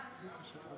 ממש דעות אחרות?